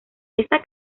esta